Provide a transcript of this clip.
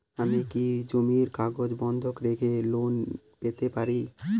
আমি কি জমির কাগজ বন্ধক রেখে লোন পেতে পারি?